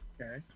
Okay